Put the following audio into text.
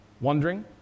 wondering